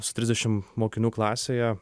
su trisdešim mokinių klasėje